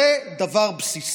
זה דבר בסיסי.